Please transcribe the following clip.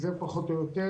אלו סדרי הגודל.